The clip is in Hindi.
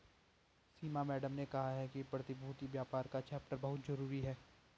सीमा मैडम ने कहा कि प्रतिभूति व्यापार का चैप्टर बहुत जरूरी है